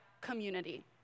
community